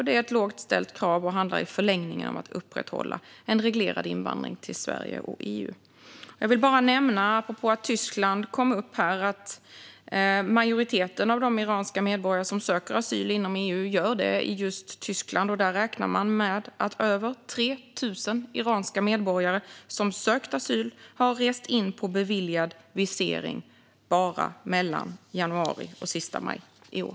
Det är ett lågt ställt krav som i förlängningen handlar om att upprätthålla en reglerad invandring till Sverige och EU. Apropå Tyskland kan jag nämna att majoriteten av de iranska medborgare som söker asyl inom EU gör det i Tyskland, och där räknar man med att över 3 000 iranska medborgare som sökt asyl har rest in på beviljat visum bara mellan januari och sista maj i år.